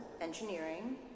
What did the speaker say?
engineering